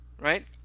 Right